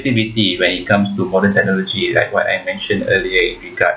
when it comes to modern technology like what I mentioned earlier in regard